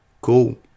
Cool